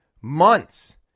months